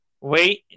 Wait